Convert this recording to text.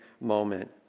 moment